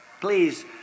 please